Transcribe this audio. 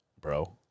bro